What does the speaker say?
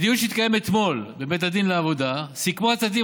בדיון שהתקיים אתמול בבית הדין לעבודה סיכמו הצדדים